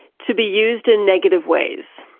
to be used in negative ways.